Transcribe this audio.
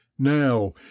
Now